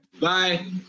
Bye